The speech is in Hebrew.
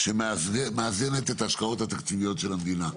שמאזנת את ההשקעות התקציביות של המדינה.